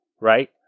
right